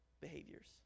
behaviors